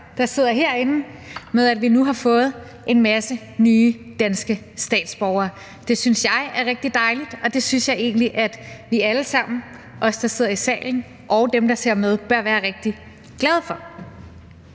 der sidder herinde, med, at vi nu har fået en masse nye danske statsborgere. Det synes jeg er rigtig dejligt, og det synes jeg egentlig at vi alle sammen – os, der sidder i salen, og dem, der ser med – bør være rigtig glade for.